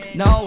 no